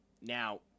Now